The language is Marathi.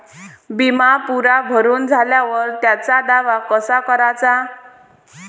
बिमा पुरा भरून झाल्यावर त्याचा दावा कसा कराचा?